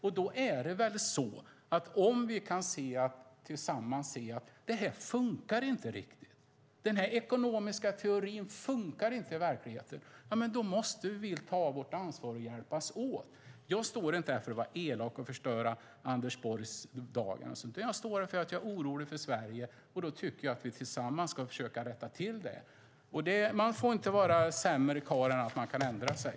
Om vi då tillsammans kan se att det här inte riktigt funkar, att den här ekonomiska teorin inte funkar i verkligheten, måste vi ta vårt ansvar och hjälpas åt. Jag står inte här för att vara elak och förstöra Anders Borgs dag, utan jag står här för att jag är orolig för Sverige. Då tycker jag att vi tillsammans ska försöka rätta till detta. Man får inte vara sämre karl än att man kan ändra sig.